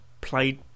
played